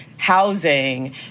housing